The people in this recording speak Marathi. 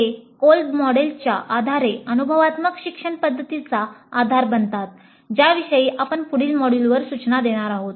ते कोल्ब मॉडेलच्या आधारे अनुभवात्मक शिक्षण पध्दतीचा आधार बनतात ज्याविषयी आपण पुढील मॉड्यूलवर सूचना देणार आहोत